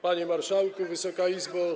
Panie Marszałku i Wysoka Izbo!